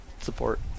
support